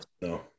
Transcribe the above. No